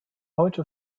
heute